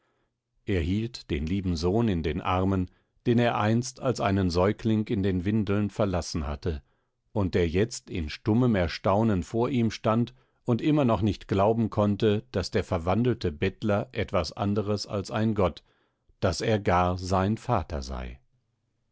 hielt den lieben sohn in den armen den er einst als einen säugling in den windeln verlassen hatte und der jetzt in stummem erstaunen vor ihm stand und immer noch nicht glauben konnte daß der verwandelte bettler etwas anderes als ein gott daß er gar sein vater sei